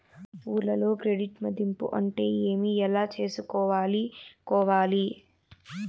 ఊర్లలో క్రెడిట్ మధింపు అంటే ఏమి? ఎలా చేసుకోవాలి కోవాలి?